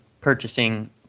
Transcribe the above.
purchasing